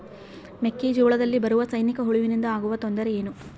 ಮೆಕ್ಕೆಜೋಳದಲ್ಲಿ ಬರುವ ಸೈನಿಕಹುಳುವಿನಿಂದ ಆಗುವ ತೊಂದರೆ ಏನು?